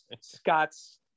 Scott's